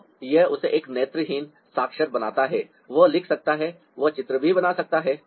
तो यह उसे एक नेत्रहीन साक्षर बनाता है वह लिख सकता है वह चित्र भी बना सकता है